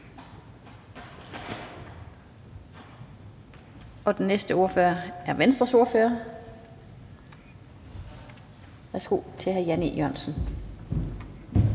Den næste ordfører er Venstres ordfører. Værsgo til hr. Jan E. Jørgensen.